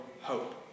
hope